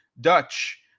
Dutch –